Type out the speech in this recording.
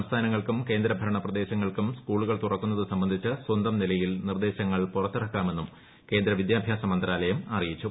സംസ്ഥാനങ്ങൾക്കും കേന്ദ്രഭരണ പ്രദേശങ്ങൾക്കും സ്കൂളുകൾ തുറക്കുന്നത് സംബന്ധിച്ച് സ്വന്തം നിലയിൽ നിർദ്ദേശങ്ങൾ പുറത്തിറക്കാമെന്നും കേന്ദ്ര വിദ്യാഭ്യാസ മന്ത്രാലയം അറിയിച്ചു